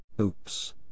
Oops